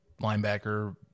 linebacker